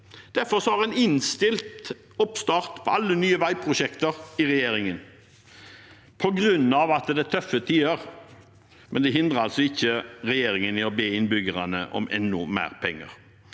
Derfor har en innstilt oppstart på alle nye veiprosjekter i regjeringen – på grunn av at det er tøffe tider – men det hindrer altså ikke regjeringen i å be innbyggerne om enda mer penger.